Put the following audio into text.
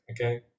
okay